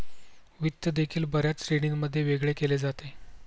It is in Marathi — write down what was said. वित्त देखील बर्याच श्रेणींमध्ये वेगळे केले जाते